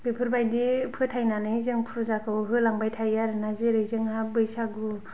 बेफोरबादि फोथायनानै जों फुजाखौ होलांबाय थायो आरोना जेरै जोंहा बैसागु